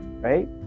right